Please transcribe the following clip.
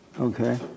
Okay